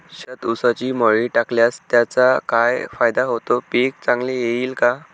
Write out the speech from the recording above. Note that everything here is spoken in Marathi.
शेतात ऊसाची मळी टाकल्यास त्याचा काय फायदा होतो, पीक चांगले येईल का?